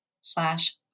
slash